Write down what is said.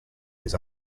his